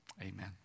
amen